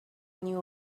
new